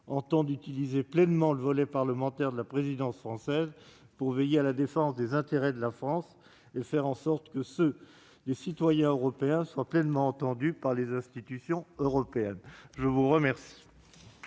entendent utiliser pleinement le volet parlementaire de la présidence française pour veiller à la défense des intérêts de la France et faire en sorte que les attentes des citoyens européens soient pleinement prises en compte par les institutions européennes. La parole